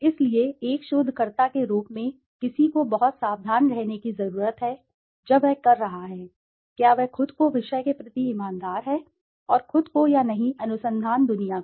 इसलिए एक शोधकर्ता के रूप में किसी को बहुत सावधान रहने की जरूरत है जब वह कर रहा है क्या वह खुद को विषय के प्रति ईमानदार है और खुद को या नहीं अनुसंधान दुनिया को